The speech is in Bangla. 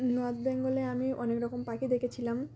নর্থ বেঙ্গলে আমি অনেক রকম পাখি দেখেছিলাম